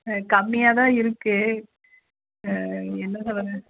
ஆ கம்மியாக தான் இருக்கு என்ன சொல்லுறது